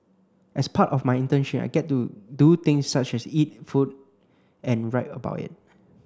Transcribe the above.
as part of my internship I get to do things such as eat food and write about it